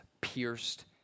pierced